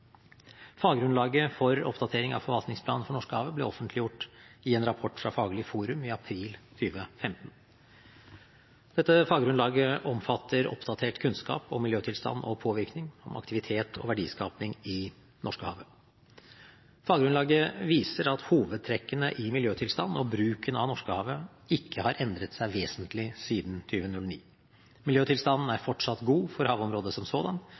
Faggrunnlaget for oppdatering av forvaltningsplanen for Norskehavet ble offentliggjort i en rapport fra Faglig forum i april 2015. Dette faggrunnlaget omfatter oppdatert kunnskap om miljøtilstand og påvirkning, aktivitet og verdiskaping i Norskehavet. Faggrunnlaget viser at hovedtrekkene i miljøtilstand og bruken av Norskehavet ikke har endret seg vesentlig siden 2009. Miljøtilstanden er fortsatt god for havområdet som sådan,